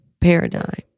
paradigm